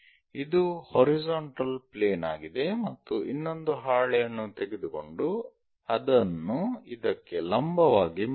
ಇದು horizontal plane ಆಗಿದೆ ಮತ್ತು ಇನ್ನೊಂದು ಹಾಳೆಯನ್ನು ತೆಗೆದುಕೊಂಡು ಅದನ್ನು ಇದಕ್ಕೆ ಲಂಬವಾಗಿ ಮಾಡಿ